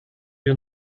wir